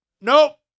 Nope